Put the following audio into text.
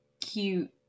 cute